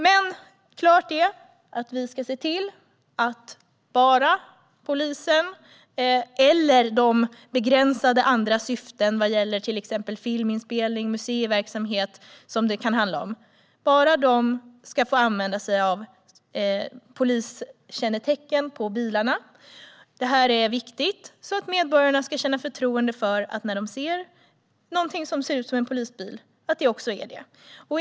Men klart är att vi ska se till att poliskännetecken på bilarna bara ska få användas av polisen eller i de begränsade andra syften som det kan handla om, till exempel vad gäller filminspelning eller museiverksamhet. Det här är viktigt. Medborgarna ska känna förtroende för att det som ser ut som en polisbil också är det.